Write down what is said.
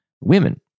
women